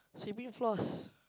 sweeping floors